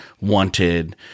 wanted